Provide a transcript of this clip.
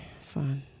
fun